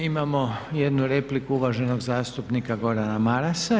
Imamo jednu repliku uvaženog zastupnika Gordana Marasa.